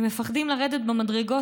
הם מפחדים לרדת במדרגות,